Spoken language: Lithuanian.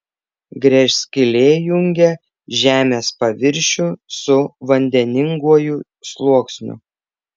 gręžskylė jungia žemės paviršių su vandeninguoju sluoksniu